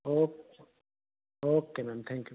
O okay ma'am thank you